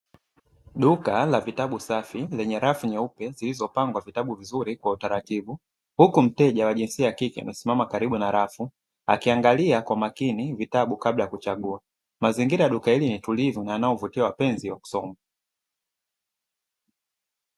Duka la vitabu safi lenye rafu nyeupe zilizopangwa vitabu vizuri kwa utaratibu. Huku mteja wa jinsia ya kike amesimama karibu na rafu, akiangalia kwa makini vitabu kabla ya kuchagua. Mazingira ya duka hili ni tulivu na yanayovutia wapenzi wa kusoma.